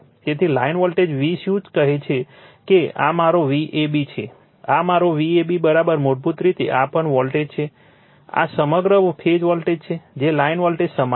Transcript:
તેથી line voltage V શું કહે છે આ મારો Vab છે આ મારા Vab મૂળભૂત રીતે આ પણ વોલ્ટેજ છે આ સમગ્ર ફેઝ વોલ્ટેજ છે જે લાઇન વોલ્ટેજ સમાન છે